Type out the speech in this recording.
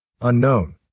unknown